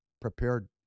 prepared